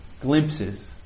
Glimpses